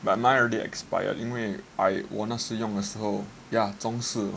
but mine alredy expired 因为 I wanna 我那用的时候中四